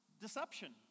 deception